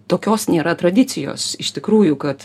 tokios nėra tradicijos iš tikrųjų kad